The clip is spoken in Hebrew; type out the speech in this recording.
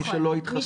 מי שלא התחסן?